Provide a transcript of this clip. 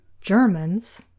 Germans